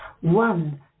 One